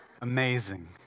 Amazing